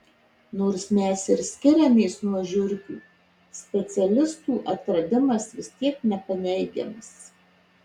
nors mes ir skiriamės nuo žiurkių specialistų atradimas vis tiek nepaneigiamas